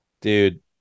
Dude